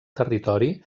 territori